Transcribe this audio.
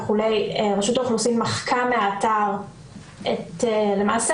רשות האוכלוסין מחקה מהאתר ולמעשה,